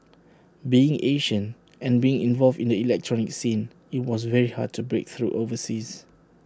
being Asian and being involved in the electronic scene IT was very hard to break through overseas